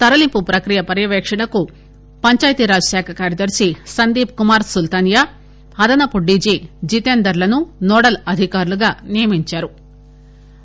తరలింపు ప్రక్రియ పర్యవేక్షణకు పందాయతీరాజ్ శాఖ కార్యదర్పి సందీప్ కుమార్ సుల్తానియా అదనపు డీజీ జితేందర్లను నోడల్ అధికారులుగా నియమించారు